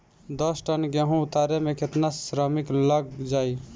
दस टन गेहूं उतारे में केतना श्रमिक लग जाई?